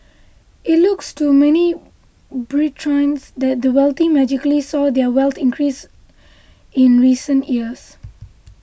it looks to many Britons that the wealthy magically saw their wealth increase in recent years